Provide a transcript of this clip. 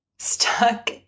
Stuck